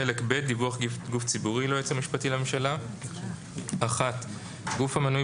חלק ב': דיווח גוף ציבורי ליועץ המשפטי לממשלה גוף המנוי